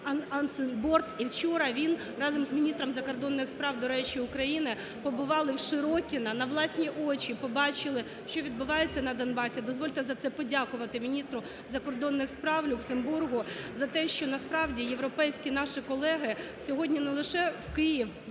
і вчора він разом з міністром закордонних справ, до речі, України, побували в Широкине, на власні очі побачили що відбувається на Донбасі. Дозвольте за це подякувати міністру закордонних справ Люксембургу за те, що насправді європейські наші колеги сьогодні не лише в Київ